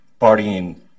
partying